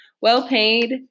well-paid